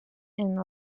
and